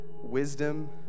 wisdom